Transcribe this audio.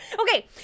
Okay